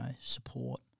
support